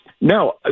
No